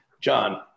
John